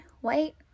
white